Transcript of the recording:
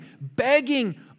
begging